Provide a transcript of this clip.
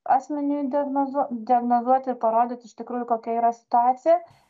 asmeniui diagnozuo diagnozuoti ir parodyt iš tikrųjų kokia yra situacija